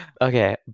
Okay